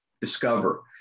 discover